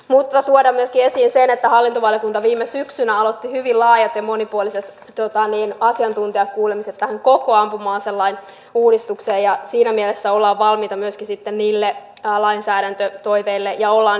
mutta tuon myöskin esiin sen että hallintovaliokunta viime syksynä aloitti hyvin laajat ja monipuoliset asiantuntijakuulemiset tähän koko ampuma aselain uudistukseen liittyen ja siinä mielessä olemme valmiita myöskin sitten niille ja lainsäädäntö toi teille ja lainsäädäntötoiveille